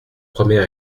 promets